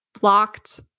blocked